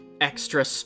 extra